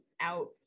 out